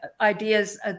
ideas